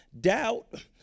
Doubt